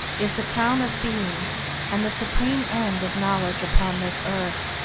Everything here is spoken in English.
is the crown of being and the supreme end of knowledge upon this earth.